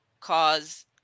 cause